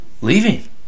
leaving